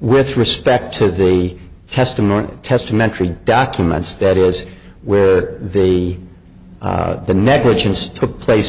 with respect to the testimony testamentary documents that is where the the negligence took place